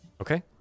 Okay